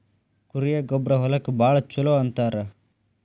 ಕುರಿಯ ಗೊಬ್ಬರಾ ಹೊಲಕ್ಕ ಭಾಳ ಚುಲೊ ಅಂತಾರ